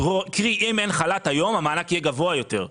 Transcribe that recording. קרי: אם אין חל"ת היום אז המענק יהיה גבוה יותר,